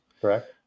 correct